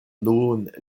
nun